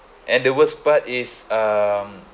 and the worst part is um